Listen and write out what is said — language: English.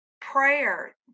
prayer